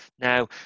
Now